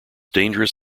dangerous